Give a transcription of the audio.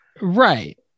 Right